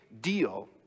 deal